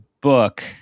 book